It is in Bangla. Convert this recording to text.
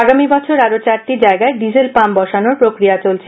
আগামী বছর আরও চারটি জায়গায় ডিজেল পাম্প বসানোর প্রক্রিয়া চলছে